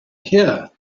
here